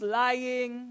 lying